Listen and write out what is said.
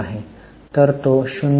तर तो 0